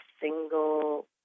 single